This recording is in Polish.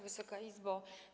Wysoka Izbo!